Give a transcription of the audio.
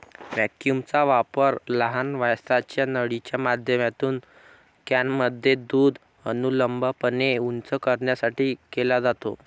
व्हॅक्यूमचा वापर लहान व्यासाच्या नळीच्या माध्यमातून कॅनमध्ये दूध अनुलंबपणे उंच करण्यासाठी केला जातो